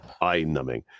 eye-numbing